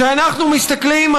כשאנחנו מסתכלים,